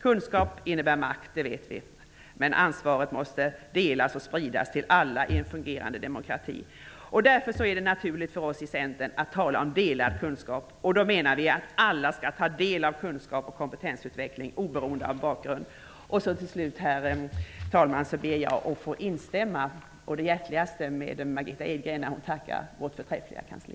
Kunskap innebär makt -- det vet vi -- men ansvaret måste delas och spridas till alla i en fungerande demokrati. Därför är det naturligt för oss i Centern att tala om delad kunskap. Vi menar att alla skall ta del av kunskap och kompetensutveckling oberoende av bakgrund. Till slut, herr talman, ber jag att få instämma å det hjärtligaste med Margitta Edgren när hon tackar vårt förträffliga kansli.